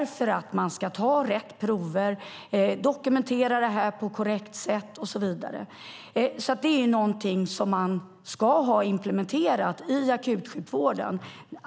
Man ska ta rätt prover, dokumentera på ett korrekt sätt och så vidare. Det ska ha implementerats i akutsjukvården.